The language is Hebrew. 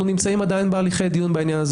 אנחנו נמצאים עדיין בהליכי דיון בעניין הזה.